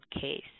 case